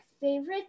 favorite